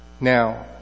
Now